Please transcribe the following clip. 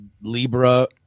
Libra